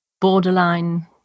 Borderline